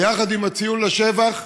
ביחד עם הציון לשבח,